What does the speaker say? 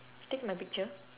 take my picture